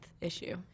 issue